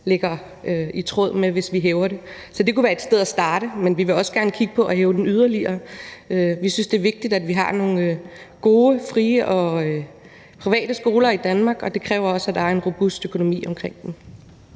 ligger i tråd med, at vi hæver det. Så det kunne være et sted at starte, men vi vil også gerne kigge på at hæve den yderligere. Vi synes, det er vigtigt, at vi har nogle gode frie og private skoler i Danmark, og det kræver også, at der er en robust økonomi omkring dem.